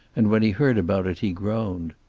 and when he heard about it he groaned.